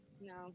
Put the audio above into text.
No